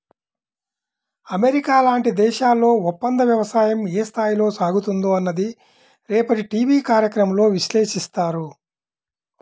America లాంటి దేశాల్లో ఒప్పందవ్యవసాయం ఏ స్థాయిలో సాగుతుందో అన్నది రేపటి టీవీ కార్యక్రమంలో విశ్లేషిస్తారు